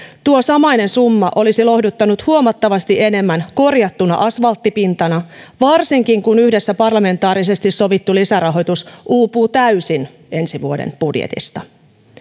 tuo samainen summa olisi lohduttanut huomattavasti enemmän korjattuna asfalttipintana varsinkin kun yhdessä parlamentaarisesti sovittu lisärahoitus uupuu täysin ensi vuoden budjetista